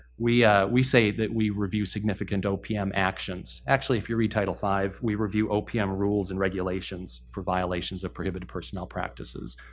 we yeah we say that we review significant opm actions. actually, if you read title five, we review opm rules and regulations for violations of prohibited personnel practices.